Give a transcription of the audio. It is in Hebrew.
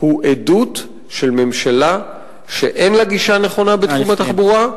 הוא עדות לממשלה שאין לה גישה נכונה בתחום התחבורה,